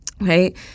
Right